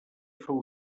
fou